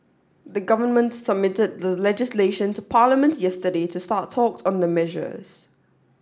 the government submitted the legislation to Parliament yesterday to start talks on the measures